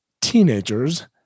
teenagers